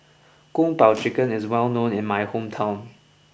Kung Po Chicken is well known in my hometown